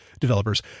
developers